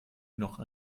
noch